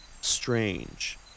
strange